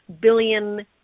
billion